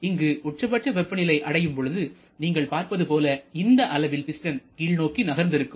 இங்கு உச்சபட்ச வெப்பநிலை அடையும் பொழுது நீங்கள் பார்ப்பது போல இந்த அளவில் பிஸ்டன் கீழ்நோக்கி நகர்ந்து இருக்கும்